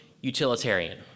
utilitarian